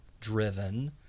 driven